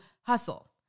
hustle